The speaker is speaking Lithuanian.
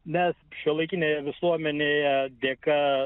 nes šiuolaikinėje visuomenėje dėka